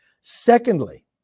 Secondly